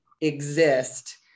exist